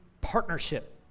Partnership